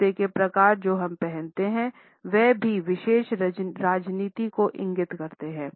जूते के प्रकार जो हम पहनते हैं वह भीविशेष राजनीति को इंगित करता है